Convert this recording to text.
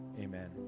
Amen